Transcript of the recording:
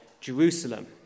Jerusalem